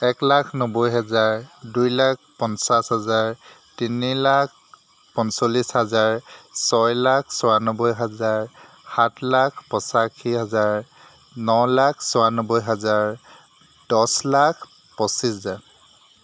এক লাখ নব্বৈ হেজাৰ দুই লাখ পঞ্চাছ হাজাৰ তিনি লাখ পঞ্চল্লিছ হাজাৰ ছয় লাখ চৌৰান্নব্বৈ হাজাৰ সাত লাখ পঁচাশী হাজাৰ ন লাখ চৌৰান্নব্বৈ হাজাৰ দছ লাখ পঁচিছ জাৰ